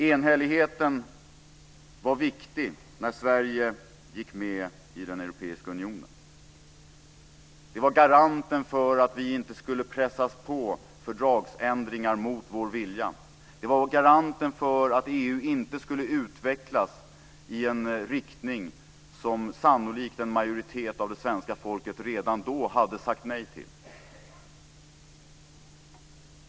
Enhälligheten var viktig när Sverige gick med i den europeiska unionen. Det var garanten för att vi inte skulle pressas på fördragsändringar mot vår vilja. Det var garanten för att EU inte skulle utvecklas i en riktning som sannolikt en majoritet av det svenska folket redan då hade sagt nej till.